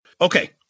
Okay